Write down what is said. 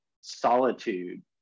solitude